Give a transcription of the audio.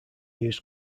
used